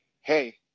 hey